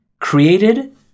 created